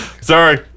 Sorry